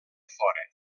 fora